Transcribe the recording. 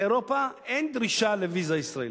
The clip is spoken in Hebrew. באירופה אין דרישה לוויזה ישראלית.